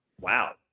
Wow